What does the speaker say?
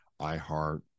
iHeart